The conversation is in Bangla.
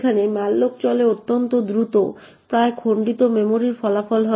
যেখানে malloc চলে অত্যন্ত দ্রুত প্রায়ই খণ্ডিত মেমরির ফলাফল হবে